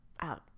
out